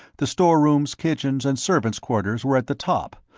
the storerooms, kitchens and servants' quarters were at the top,